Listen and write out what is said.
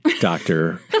doctor